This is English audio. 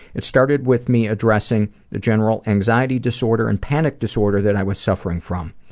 it started with me addressing the general anxiety disorder and panic disorder that i was suffering from.